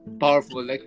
powerful